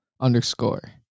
underscore